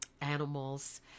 animals